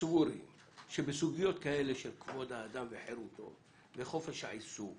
סבורים שבסוגיות כאלה של כבוד האדם וחירותו וחופש העיסוק